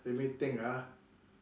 let me think ah